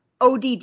ODD